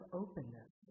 openness